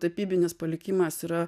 tapybinis palikimas yra